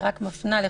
היא רק מפנה לחוק,